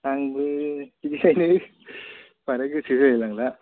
आंबो बिदिखायनो बांद्राय गोसो होलाय लांला